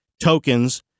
tokens